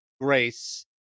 grace